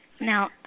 Now